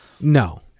No